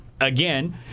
again